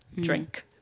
Drink